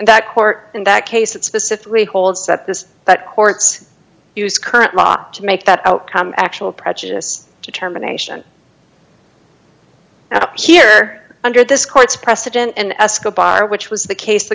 that court in that case it specifically holds that this but courts use current law to make that outcome actual prejudice determination and here under this court's precedent in escobar which was the case the